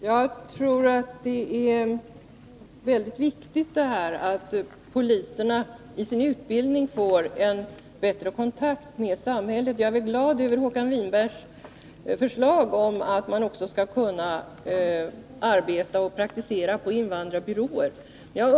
Herr talman! Jag tror att det är väldigt viktigt att poliserna i sin utbildning får en bättre kontakt med samhället, och jag är glad över Håkan Winbergs förslag om att man också skall kunna arbeta och praktisera på invandrarbyråer.